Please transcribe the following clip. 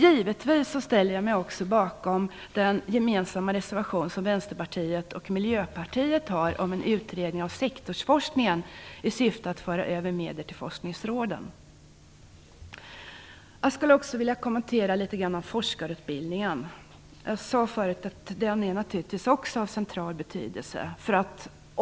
Givetvis ställer jag mig också bakom den gemensamma reservationen från Vänsterpartiet och Miljöpartiet om en utredning av sektorsforskningen i syfte att föra över medel till forskningsråden. Jag skulle också något litet vilja kommentera forskarutbildningen. Jag sade förut att den naturligtvis också är av central betydelse.